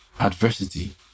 Adversity